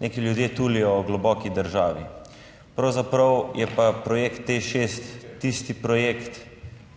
neki ljudje tulijo globoki državi. Pravzaprav je pa projekt TEŠ 6 tisti projekt,